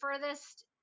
furthest